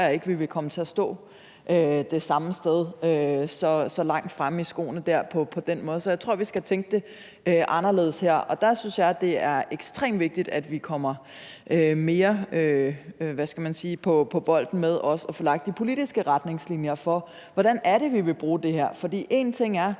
vi vil komme til at stå det samme sted og være så langt fremme i skoene på den måde. Så jeg tror, vi skal tænke det anderledes her, og der synes jeg, det er ekstremt vigtigt, at vi mere har fokus på at få lagt de politiske retningslinjer for, hvordan det er, vi vil bruge det her. For en ting er